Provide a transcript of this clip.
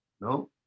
No